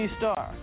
star